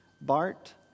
Bart